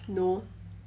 no